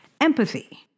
empathy